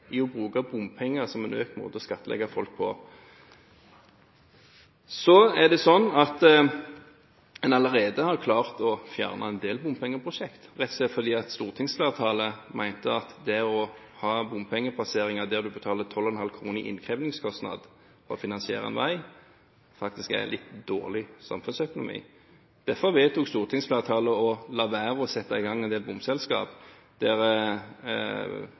i å bruke bompenger som en måte å øke skattleggingen av folk på. Så er det sånn at en allerede har klart å fjerne en del bompengeprosjekt – rett og slett fordi stortingsflertallet mente at det å ha bompengepasseringer der en betaler 12,50 kr i innkrevingskostnader for å finansiere en vei, faktisk er litt dårlig samferdselsøkonomi. Derfor vedtok stortingsflertallet å la være å sette i gang en del bomselskap der